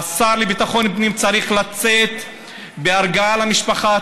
והשר לביטחון פנים צריך לצאת בהרגעה למשפחה,